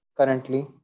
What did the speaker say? currently